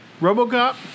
Robocop